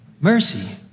mercy